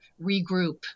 regroup